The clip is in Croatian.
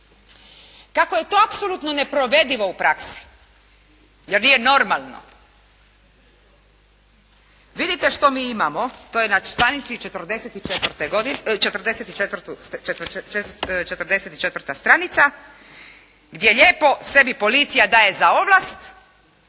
Kako je to apsolutno neprovedivo u praksi jer nije normalno vidite što mi imamo, to je na strani 44. gdje lijepo sebi policija daje za ovlast